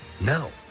no